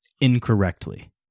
incorrectly